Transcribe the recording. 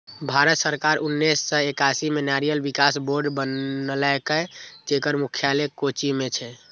भारत सरकार उन्नेस सय एकासी मे नारियल विकास बोर्ड बनेलकै, जेकर मुख्यालय कोच्चि मे छै